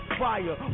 fire